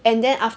and then aft~